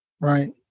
Right